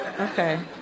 Okay